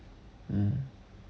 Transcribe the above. mm